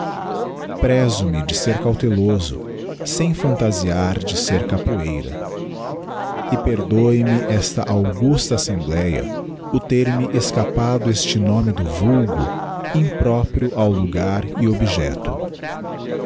preso me de ser cauteloso sem phantasiar de ser capoeira e perdôe me esta augusta assembléa o ter-me escapado este nome do vulgo impróprio ao logar e objecto